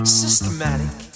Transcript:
systematic